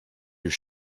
your